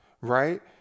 Right